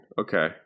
okay